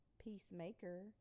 Peacemaker